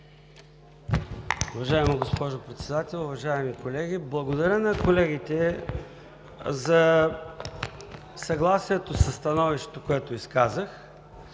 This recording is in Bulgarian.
Уважаема госпожо Председател, уважаеми колеги! Благодаря на колегите за съгласието и за становището, което изказаха.